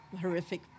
horrific